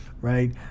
right